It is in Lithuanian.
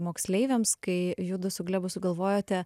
moksleiviams kai judu su glebu sugalvojote